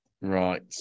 Right